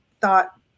thought